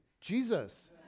Jesus